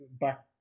back